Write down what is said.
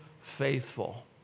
faithful